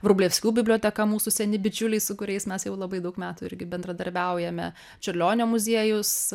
vrublevskių biblioteka mūsų seni bičiuliai su kuriais mes jau labai daug metų irgi bendradarbiaujame čiurlionio muziejus